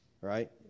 right